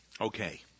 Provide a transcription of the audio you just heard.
Okay